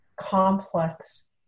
complex